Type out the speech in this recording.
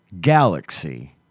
galaxy